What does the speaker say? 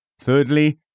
Thirdly